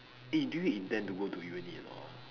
eh do you intend to go to uni or not ah